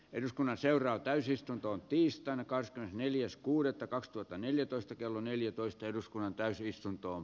eduskunnan seuraa täysistuntoon tiistainakaan neljäs kuudetta kaksituhattaneljätoista kello neljätoista eduskunnan ajassa